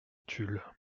tulle